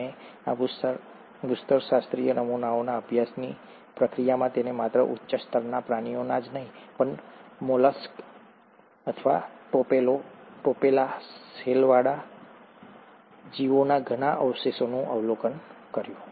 અને આ ભૂસ્તરશાસ્ત્રીય નમુનાઓના અભ્યાસની પ્રક્રિયામાં તેણે માત્ર ઉચ્ચ સ્તરના પ્રાણીઓના જ નહીં પણ મોલસ્ક અથવા તોપેલા શેલવાળા જીવોના ઘણા અવશેષોનું અવલોકન કર્યું